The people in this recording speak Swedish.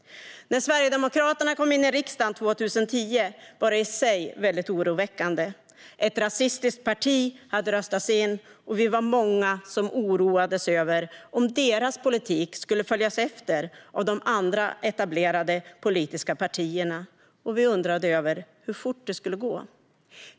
När Sverigedemokraterna kom in i riksdagen 2010 var det i sig oroväckande. Ett rasistiskt parti hade röstats in, och vi var många som oroades över om deras politik skulle följas efter av de andra, etablerade politiska partierna. Vi undrade hur fort det skulle gå.